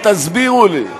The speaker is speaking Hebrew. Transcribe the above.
תסבירו לי.